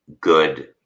good